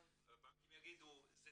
הבנקים יגידו "אני